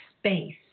space